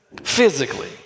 Physically